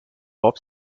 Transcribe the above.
pop